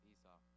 Esau